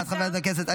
חברת הכנסת בן ארי.